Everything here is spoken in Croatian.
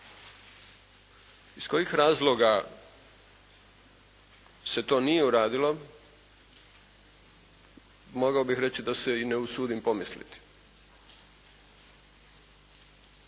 Iz kojih razloga se to nije uradilo mogao bih reći da se i ne usudim pomisliti.